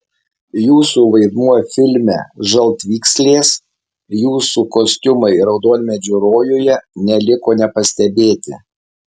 jūsų vaidmuo filme žaltvykslės jūsų kostiumai raudonmedžio rojuje neliko nepastebėti